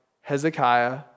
Hezekiah